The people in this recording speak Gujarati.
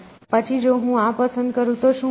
પછી જો હું આ પસંદ કરું તો શું થાય